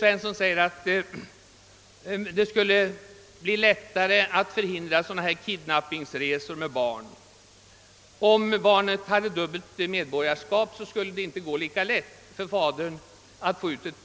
Hon sade att om barnet hade dubbelt medborgarskap skulle det inte vara lika lätt för fadern att få ut ett pass. Det skulle därigenom bli lättare att förhindra kidnappingsresor.